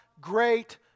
great